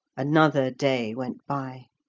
another day went by,